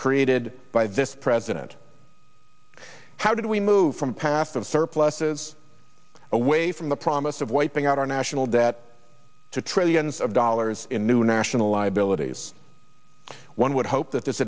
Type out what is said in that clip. created by this president how do we move from a path of surpluses away from the promise of wiping out our national debt to trillions of dollars in new national liabilities one would hope that this